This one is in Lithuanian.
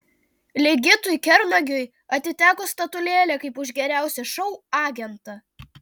ligitui kernagiui atiteko statulėlė kaip už geriausią šou agentą